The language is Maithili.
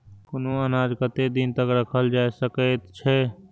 कुनू अनाज कतेक दिन तक रखल जाई सकऐत छै?